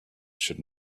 should